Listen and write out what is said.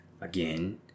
Again